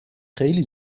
خیلی